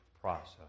process